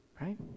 right